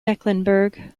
mecklenburg